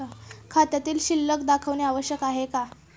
खात्यातील शिल्लक दाखवणे आवश्यक आहे का?